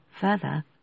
further